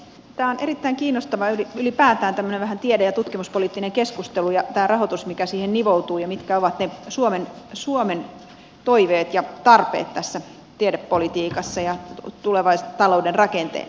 on erittäin kiinnostavaa ylipäätään tämmöinen vähän tiede ja tutkimuspoliittinen keskustelu ja tämä rahoitus mikä siihen nivoutuu ja se mitkä ovat ne suomen toiveet ja tarpeet tässä tiedepolitiikassa ja tulevan talouden rakentamisessa